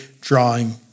drawing